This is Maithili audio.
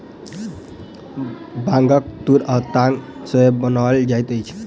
बांगक तूर सॅ ताग सेहो बनाओल जाइत अछि